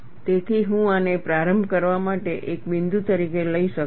તેથી હું આને પ્રારંભ કરવા માટે એક બિંદુ તરીકે લઈ શકું છું